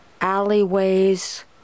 alleyways